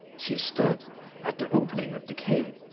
she stood at the opening of the cave,